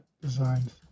designs